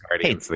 hey